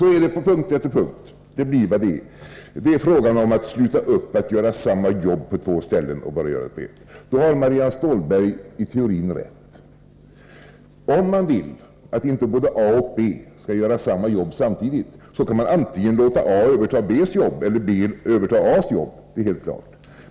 Så är det på punkt efter punkt: det blir vad det är. Det är fråga om att sluta upp att göra samma jobb på två ställen och bara göra det på ett. Då har Marianne Stålberg i teorin rätt. Om man vill att inte både A och B skall göra samma jobb samtidigt, kan man antingen låta A överta B:s jobb eller låta B överta A:s jobb; det är helt klart.